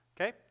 Okay